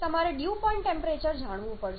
પછી તમારે dew point temperature જાણવું પડશે